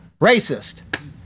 racist